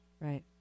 Right